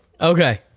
Okay